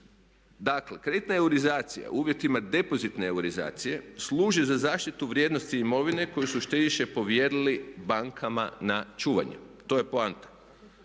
Dakle, kreditna eurizacija u uvjetima depozitne eurizacije služi za zaštitu vrijednosti i imovine koju su štediše povjerili bankama na čuvanje. To je poanta.